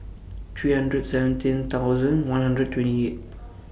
three hundred seventeen thousand one hundred twenty eight